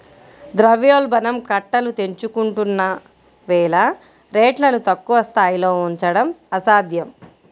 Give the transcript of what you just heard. ద్రవ్యోల్బణం కట్టలు తెంచుకుంటున్న వేళ రేట్లను తక్కువ స్థాయిలో ఉంచడం అసాధ్యం